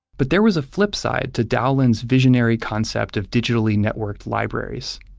but there was a flip side to dowlin's visionary concept of digitally-networked libraries.